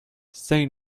say